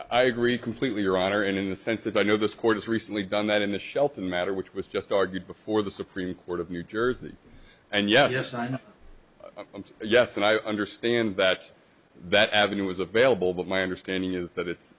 i agree completely your honor in the sense that i know this court has recently done that in the shelter matter which was just argued before the supreme court of new jersey and yes and yes and i understand that that avenue was available but my understanding is that it's